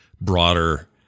broader